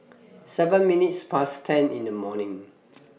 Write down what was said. seven minutes Past ten in The morning